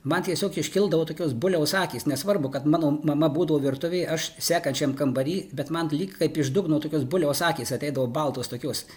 man tiesiog iškildavo tokios buliaus akys nesvarbu kad mano mama būdavo virtuvėj aš sekančiam kambary bet man lyg kaip iš dugno tokios buliaus akys ateidavo baltos tokios